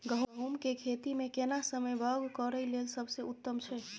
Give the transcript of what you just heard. गहूम के खेती मे केना समय बौग करय लेल सबसे उत्तम छै?